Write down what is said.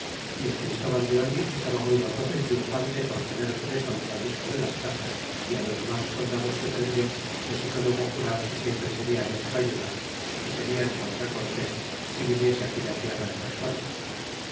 y el christóval de oh estaba muy gozoso y triunfante por tener preso al francisco de las casas y los demas soldados que prendió les hizo luego jurar que siempre serian en su ayuda y serian contra cortés si viniese aquella tierra en persona